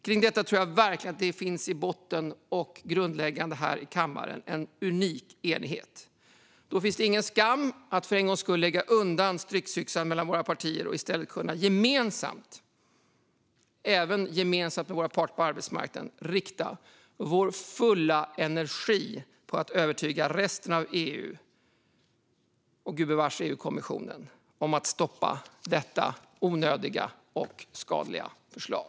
Kring detta tror jag verkligen att det finns en i botten unik och grundläggande enighet här i kammaren. Då finns det ingen skam i att för en gångs skull lägga undan stridsyxan mellan våra partier och i stället gemensamt, även gemensamt med våra parter på arbetsmarknaden, rikta vår fulla energi på att övertyga resten av EU - och gubevars EU-kommissionen - att stoppa detta onödiga och skadliga förslag.